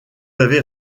avez